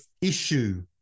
issue